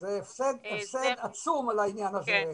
זה הפסד עצום על העניין הזה,